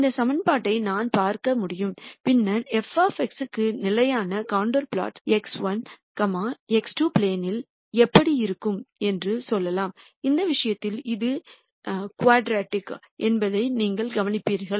இந்த சமன்பாட்டை நான் பார்க்க முடியும் பின்னர் f க்கான நிலையான கண்டூர் பிளாட் x1 x2 ப்ளேனில் எப்படி இருக்கும் என்று சொல்லலாம் இந்த விஷயத்தில் இது இருபடி என்பதை நீங்கள் கவனிப்பீர்கள்